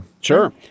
Sure